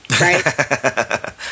right